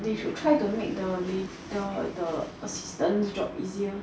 they should try to make the waiter the assistant job easier